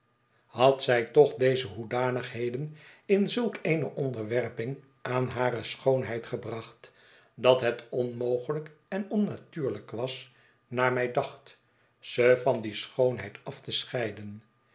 had zij toch deze hoedanigheden in zulk eene onderwerping aan hare schoonheid gebracht dat het onmogelijk en onnatuurlijk was naar mij dacht ze van die schoonheid af te scheiden